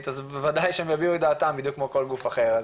אז בוודאי שהם יביעו את דעתם בדיוק כמו כל גוף אחר.